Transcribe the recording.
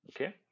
okay